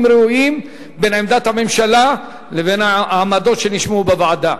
ראויים בין עמדת הממשלה לבין העמדות שנשמעו בוועדה.